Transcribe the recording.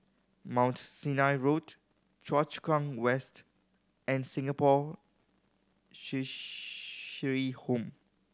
Mount Sinai Road Choa Chu Kang West and Singapore Cheshire Home